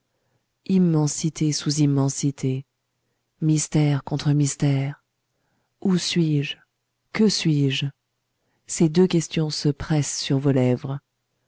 immensité sous immensité mystère contre mystère ou suis-je que suis-je ces deux questions se pressent sur vos lèvres